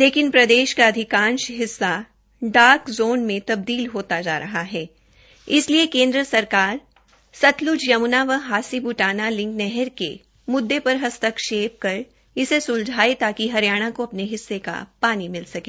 लेकिन प्रदेष का अधिकांष हिस्सा डार्क जोन में तबदील होता जा रहा है इसलिए केन्द्र सरकार सतलुज यमुना व हांसी बुटाना लिंक नहर के मुददे पर हस्तक्षेप कर इसे सुलझाये ताकि हरियाणा को अपने हिस्से का पानी मिल सके